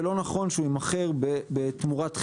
ולא נכון שהוא יימכר בתמורת חסר,